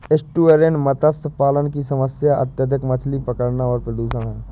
estuarine मत्स्य पालन की समस्या अत्यधिक मछली पकड़ना और प्रदूषण है